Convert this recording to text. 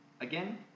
Again